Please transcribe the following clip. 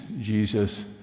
Jesus